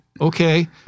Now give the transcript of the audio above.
okay